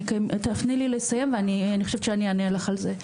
תני לי לסיים ואני חושבת שאני אענה לך על זה.